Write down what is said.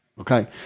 Okay